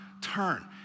turn